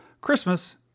Christmas